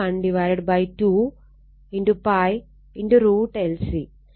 നമുക്കറിയാം f012π √LC